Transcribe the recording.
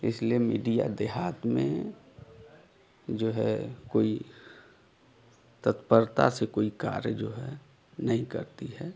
इसलिए मीडिया देहात में जो है कोई तत्परता से कोई कार्य जो है नहीं करती है